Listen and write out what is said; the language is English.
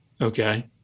Okay